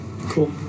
Cool